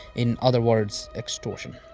in other words extortion.